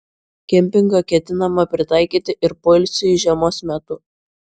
kempingą ketinama pritaikyti ir poilsiui žiemos metu